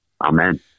Amen